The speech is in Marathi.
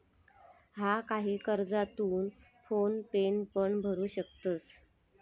हा, काही कर्जा तू फोन पेन पण भरू शकतंस